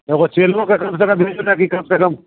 एगो चेलोके अथि भेजू ने कि कमसँ कम